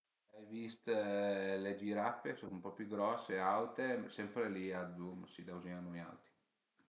L'ai vist le giraffe, a sun propi grose, aute, sempre li a Zoom, si dauzign a nui autri